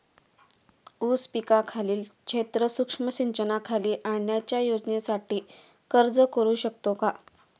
ऊस पिकाखालील क्षेत्र सूक्ष्म सिंचनाखाली आणण्याच्या योजनेसाठी अर्ज करू शकतो का?